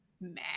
mad